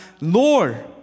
Lord